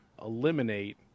eliminate